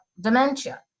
dementia